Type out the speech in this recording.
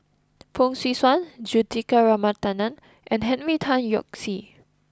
Fong Swee Suan Juthika Ramanathan and Henry Tan Yoke See